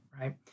Right